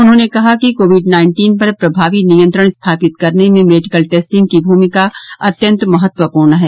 उन्होंने कहा कि कोविड नाइन्टीन पर प्रभावी नियंत्रण स्थापित करने में मेडिकल टेस्टिंग की भूमिका अत्यन्त महत्वपूर्ण है